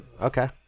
Okay